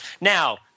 now